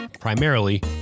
primarily